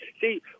See